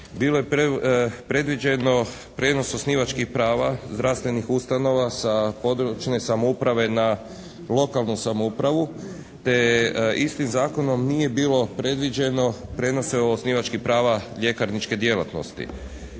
bilo je predviđeno prijenos osnivačkih prava zdravstvenih ustanova sa područne samouprave na lokalnu samoupravu, te istim Zakonom nije bilo predviđeno prijenose osnivačkih prava ljekarničke djelatnosti.